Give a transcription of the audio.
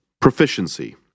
Proficiency